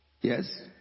yes